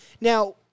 Now